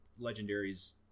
legendaries